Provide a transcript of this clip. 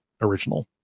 original